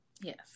Yes